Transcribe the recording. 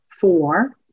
four